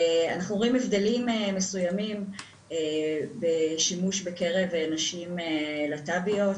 אנחנו רואים הבדלים מסויימים בשימוש בקרב נשים להט"ביות,